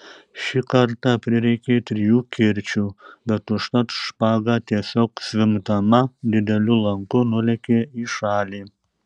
šį kartą prireikė trijų kirčių bet užtat špaga tiesiog zvimbdama dideliu lanku nulėkė į šalį